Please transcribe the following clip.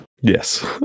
Yes